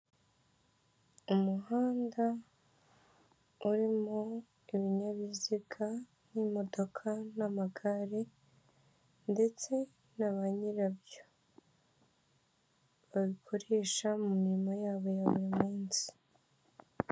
Umuhanda urimo ibinyabiziga nk'imodoka n'amagare ndetse na banyirabyo babikoresha mu mirimo yabo ya buri munsi.